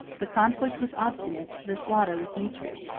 the conflict was obstinate the slaughter was mutual.